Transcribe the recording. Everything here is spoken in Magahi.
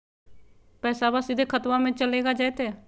पैसाबा सीधे खतबा मे चलेगा जयते?